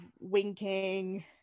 winking